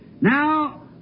Now